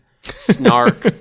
snark